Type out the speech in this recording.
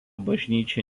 bažnyčia